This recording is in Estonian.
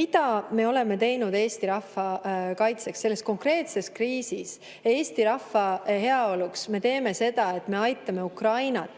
Mida me oleme teinud Eesti rahva kaitseks? Selles konkreetses kriisis me teeme Eesti rahva heaolu nimel seda, et me aitame Ukrainat,